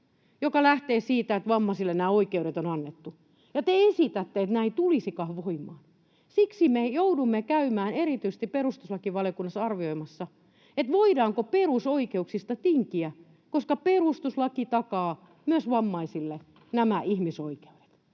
joka lähtee siitä, että vammaisille nämä oikeudet on annettu — ja te esitätte, että nämä eivät tulisikaan voimaan. Siksi me joudumme käymään erityisesti perustuslakivaliokunnassa arvioimassa, voidaanko perusoikeuksista tinkiä, koska perustuslaki takaa myös vammaisille nämä ihmisoikeudet.